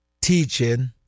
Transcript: teaching